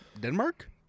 Denmark